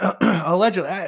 allegedly